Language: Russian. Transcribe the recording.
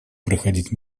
проходить